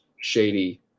Shady